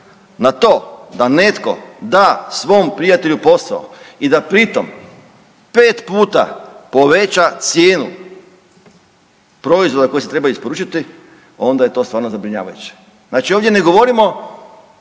na to da netko da svom prijatelju posao i da pri tom 5 puta poveća cijenu proizvoda koji se treba isporučiti onda je to stvarno zabrinjavajuće. Znači ovdje ne govorimo